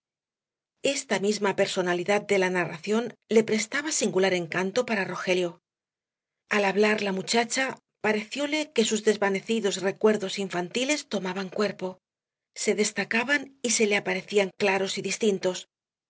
esta misma personalidad de la narración le prestaba singular encanto para rogelio al hablar la muchacha parecióle que sus desvanecidos recuerdos infantiles tomaban cuerpo se destacaban y se le aparecían claros y distintos